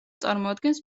წარმოადგენს